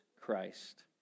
Christ